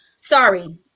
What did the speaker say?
sorry